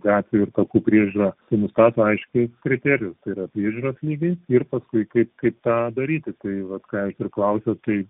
gatvių ir takų priežiūra tai nustato aiškiai kriterijus tai yra priežiūros lygiai ir paskui kaip kaip tą daryti tai vat ką jūs ir klausėt tai